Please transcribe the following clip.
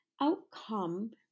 outcome